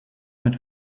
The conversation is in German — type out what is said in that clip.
mit